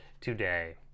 today